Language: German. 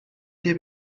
der